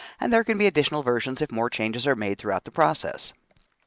and there can be additional versions if more changes are made throughout the process.